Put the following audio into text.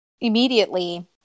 immediately